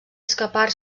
escapar